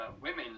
women